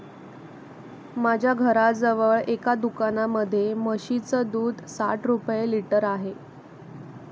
माझ्या घराजवळ एका दुकानामध्ये म्हशीचं दूध साठ रुपये लिटर आहे